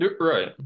right